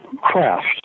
craft